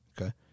Okay